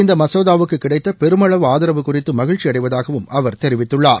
இந்த மசோதாவுக்கு கிடைத்த பெருமளவு ஆதரவு குறித்து மகிழ்ச்சி அடைவதாகவும் அவர் தெரிவித்துள்ளார்